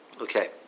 Okay